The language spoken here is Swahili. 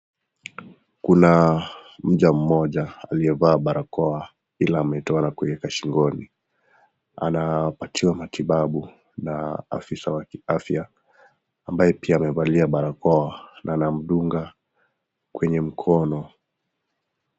Kuna mja mmoja aliyevaa barakoa ila ametoa na kuiweka shingoni. Anapatiwa matibabu na afisa wa kiafya ambaye pia amevalia barakoa na anamdunga kwenye mkono.